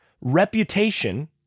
reputation